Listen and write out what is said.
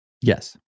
Yes